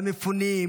למפונים,